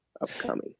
upcoming